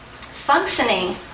Functioning